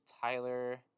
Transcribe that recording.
Tyler